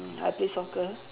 I play soccer